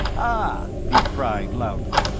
ah! he cried, loudly,